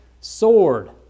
sword